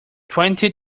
twenty